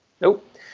nope